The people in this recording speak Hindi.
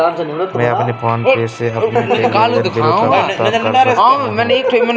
क्या मैं फोन पे से अपने टेलीफोन बिल का भुगतान कर सकता हूँ?